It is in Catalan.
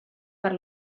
per